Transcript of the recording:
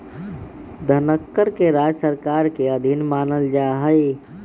धनकर के राज्य सरकार के अधीन मानल जा हई